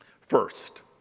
First